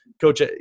Coach